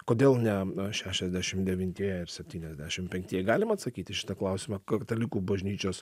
kodėl ne šešiasdešim devintieji ir septyniasdešim penktieji galim atsakyt į šitą klausimą katalikų bažnyčios